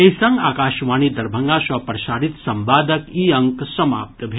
एहि संग आकाशवाणी दरभंगा सँ प्रसारित संवादक ई अंक समाप्त भेल